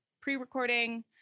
pre-recording